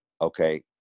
okay